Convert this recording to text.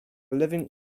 living